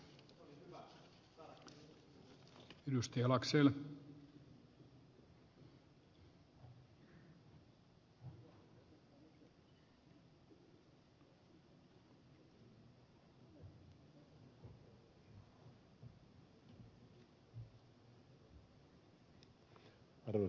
arvoisa puhemies